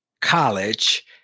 college